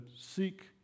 seek